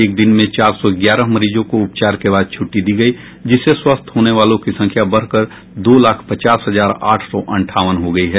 एक दिन में चार सौ ग्यारह मरीजों को उपचार के बाद छट्टी दी गई जिससे स्वस्थ होने वालों की संख्या बढ़कर दो लाख पचास हजार आठ सौ अंठावन हो गई है